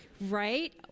right